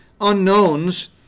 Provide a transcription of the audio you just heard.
unknowns